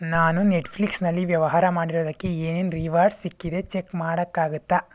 ನಾನು ನೆಟ್ಫ್ಲಿಕ್ಸ್ನಲ್ಲಿ ವ್ಯವಹಾರ ಮಾಡಿರೋದಕ್ಕೆ ಏನೇನು ರಿವಾರ್ಡ್ಸ್ ಸಿಕ್ಕಿದೆ ಚೆಕ್ ಮಾಡೋಕ್ಕಾಗುತ್ತಾ